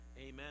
Amen